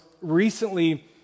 recently